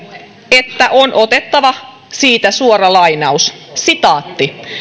että on otettava siitä suora lainaus